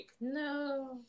no